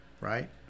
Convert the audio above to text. right